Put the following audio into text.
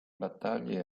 battaglia